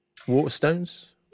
Waterstones